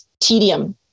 tedium